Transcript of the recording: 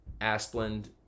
Asplund